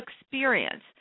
experience